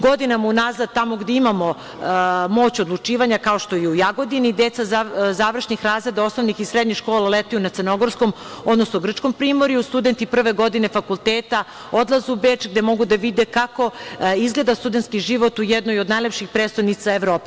Godinama unazad tamo gde imamo moć odlučivanja, kao što je u Jagodini, deca završnih razreda osnovnih i srednjih škola letuju na crnogorskom, odnosno grčkom primorju, studenti prve godine fakulteta odlaze u Beč, gde mogu da vide kako izgleda studentski život u jednoj od najlepših prestonica Evrope.